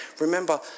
Remember